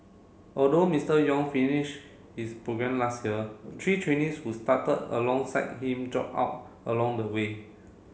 although Mister Yong finish his programme last year three trainees who started alongside him drop out along the way